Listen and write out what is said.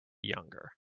younger